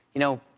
you know,